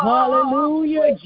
Hallelujah